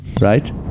Right